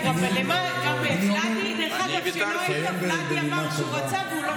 לא צריך לפתוח את הוויכוח הזה עכשיו.